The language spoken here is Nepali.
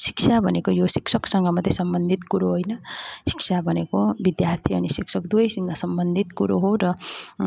शिक्षा भनेको यो शिक्षकसँग मात्रै सम्बन्धित कुरो हैन शिक्षा भनेको विद्यार्थी अनि शिक्षक दुवैसँग सम्बन्धित कुरो हो र